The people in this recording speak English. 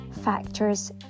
factors